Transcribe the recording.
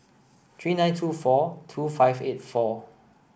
three nine two four two five eight four